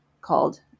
called